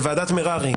של ועדת מררי,